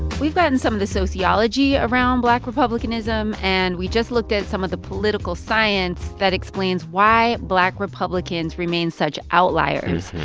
we've got into and some of the sociology around black republicanism, and we just looked at some of the political science that explains why black republicans remain such outliers.